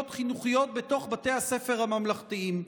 חינוכיות בתוך בתי הספר הממלכתיים.